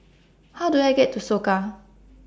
How Do I get to Soka